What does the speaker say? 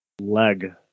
leg